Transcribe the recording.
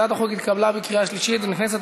הצעת החוק התקבלה בקריאה שלישית ונכנסת